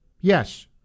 yes